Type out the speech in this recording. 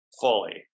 fully